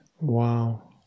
Wow